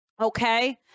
Okay